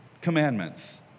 commandments